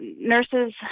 nurses